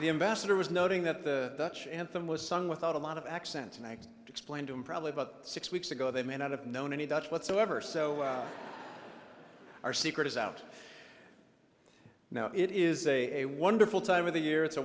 the ambassador was noting that the dutch anthem was sung without a lot of accents and i explained to him probably about six weeks ago they may not have known any dutch whatsoever so our secret is out now it is a wonderful time of the year it's a